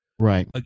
right